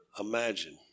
imagine